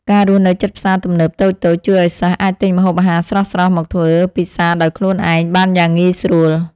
ការរស់នៅជិតផ្សារទំនើបតូចៗជួយឱ្យសិស្សអាចទិញម្ហូបអាហារស្រស់ៗមកធ្វើពិសារដោយខ្លួនឯងបានយ៉ាងងាយស្រួល។